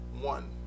one